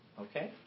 Okay